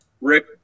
Rick